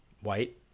White